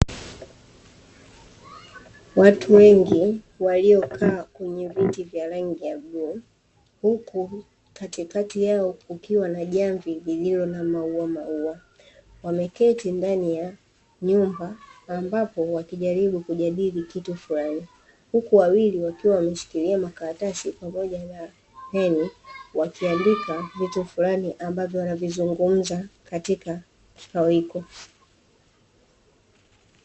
Watu wengi waliokaa kwenye viti vya rangi ya bluu, huku katikati yao kukiwa na jamvi lililo na maua wameketi ndani ya nyumba ambapo wakijaribu kujadili kitu fulani huku wawili wakiwa wameshikilia makaratasi pamoja na peni wakiandika vitu fulani ambavyo wanavizungumza katika kikao hicho.